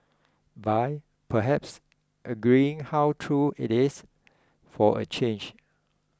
by perhaps agreeing how true it is for a change